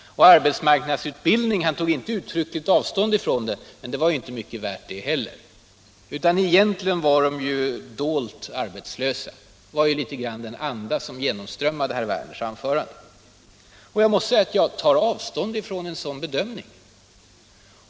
Han tog inte uttryckligen avstånd från arbetsmarknadsutbildningen, men den var inte mycket värd den heller. Egentligen var de människor som deltog i den dolt arbetslösa — det var litet av den andan som genomströmmade herr Werners anförande. Jag tar avstånd från en sådan bedömning.